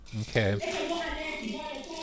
Okay